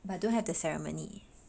but don't have the ceremony